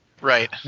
right